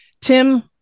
Tim